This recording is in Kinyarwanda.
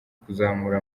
kuzamura